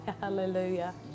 Hallelujah